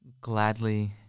gladly